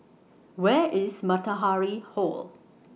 Where IS Matahari Hall